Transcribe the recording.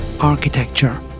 architecture